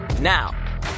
Now